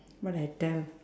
what I tell